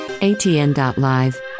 ATN.live